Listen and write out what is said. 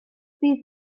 bydd